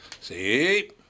See